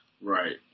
Right